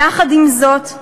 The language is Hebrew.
יחד עם זאת,